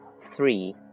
three